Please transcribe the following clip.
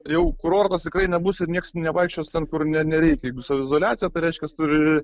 jau kurortas tikrai nebus ir nieks nevaikščios ten kur ne nereikia saviizoliacija tai reiškias turi